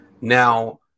Now